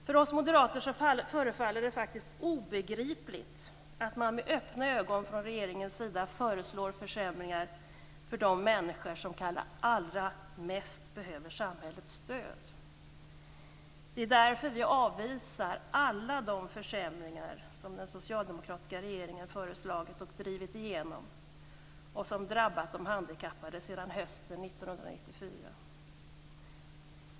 För oss moderater är det faktiskt obegripligt att man med öppna ögon från regeringens sida föreslår försämringar för de människor som kanske allra mest behöver samhällets stöd. Det är därför vi avvisar alla de försämringar som den socialdemokratiska regeringen föreslagit och drivit igenom och som drabbat de handikappade sedan hösten 1994.